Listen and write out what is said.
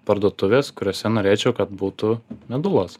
parduotuvės kuriose norėčiau kad būtų medulos